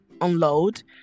unload